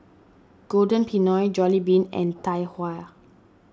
Golden Peony Jollibean and Tai Hua